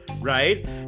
right